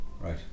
Right